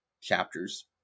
chapters